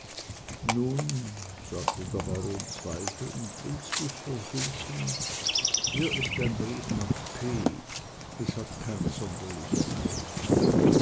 nun sagte der baron zweifelnd willst du's versuchen hier ist ein brief nach p es hat keine sonderliche eile